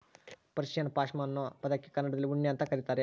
Persian ಪಾಷ್ಮಾ ಅನ್ನೋ ಪದಕ್ಕೆ ಕನ್ನಡದಲ್ಲಿ ಉಣ್ಣೆ ಅಂತ ಕರೀತಾರ